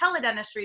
teledentistry